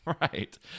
Right